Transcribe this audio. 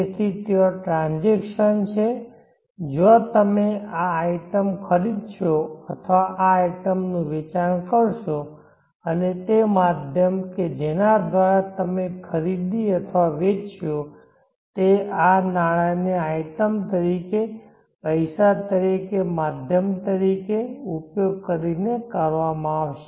તેથી ત્યાં ટ્રાંઝેક્શન છે જ્યાં તમે આ આઇટમ ખરીદશો અથવા આ આઇટમનું વેચાણ કરશો અને તે માધ્યમ કે જેના દ્વારા તમે ખરીદી અથવા વેચશો તે આ નાણાંને આઇટમ તરીકે પૈસા તરીકે માધ્યમ તરીકે ઉપયોગ કરીને કરવામાં આવશે